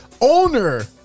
owner